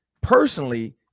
Personally